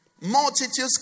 Multitudes